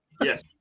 Yes